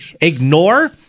ignore